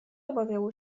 obawiało